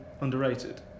underrated